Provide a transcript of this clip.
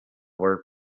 were